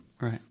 right